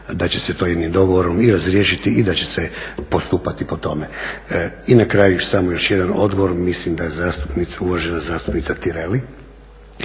da će se to jednim dogovorom i razriješiti i da će se postupati po tome. I na kraju samo još jedan odgovor, mislim da uvažena zastupnica Tireli